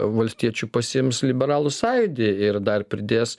valstiečių pasiims liberalų sąjūdį ir dar pridės